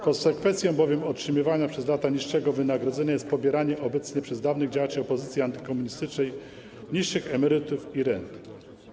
Konsekwencją bowiem otrzymywania przez lata niższego wynagrodzenia jest pobieranie obecnie przez dawanych działaczy opozycji antykomunistycznej niższych emerytur i rent.